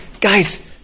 Guys